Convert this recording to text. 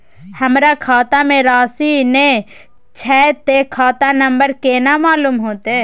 हमरा खाता में राशि ने छै ते खाता नंबर केना मालूम होते?